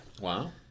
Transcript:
Wow